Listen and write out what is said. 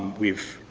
we've,